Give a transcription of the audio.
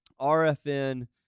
RFN